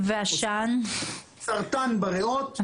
סרטן בריאות.